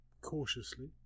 cautiously